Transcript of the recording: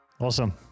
Awesome